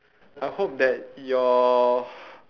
I hope that your